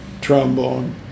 trombone